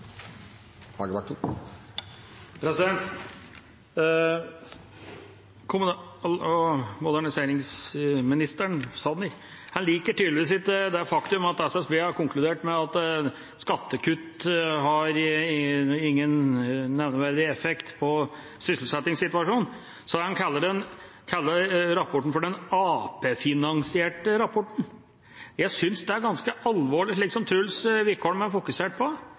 og moderniseringsminister Sanner liker tydeligvis ikke det faktum at SSB har konkludert med at skattekutt ikke har noen nevneverdig effekt på sysselsettingssituasjonen. Han kaller rapporten for den Arbeiderparti-finansierte rapporten. Jeg synes det er ganske alvorlig – noe som også Truls Wickholm fokuserte på. Nå er